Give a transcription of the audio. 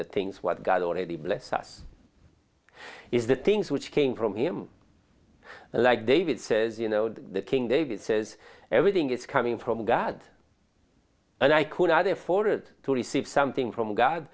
the things what god already blessed us is the things which came from him like david says you know the king david says everything is coming from god and i could not afford to receive something from god